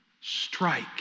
Strike